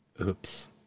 Oops